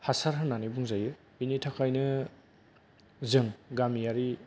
हासार होननानै बुंजायो बिनि थाखायनो जों गामियारि